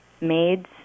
maids